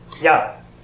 Yes